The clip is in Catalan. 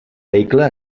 vehicle